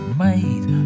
made